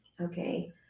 Okay